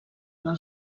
del